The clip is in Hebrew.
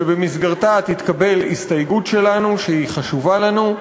שבמסגרתה תתקבל הסתייגות שלנו, שהיא חשובה לנו,